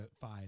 five